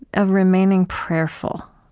of remaining prayerful,